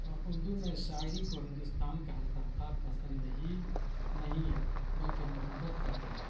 اور اردو میں شاعری کو ہندوستان کا ہر طبقہ پسند ہی نہیں بلکہ محبت کرتا ہے